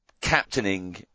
captaining